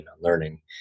learning